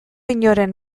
inoren